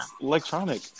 electronic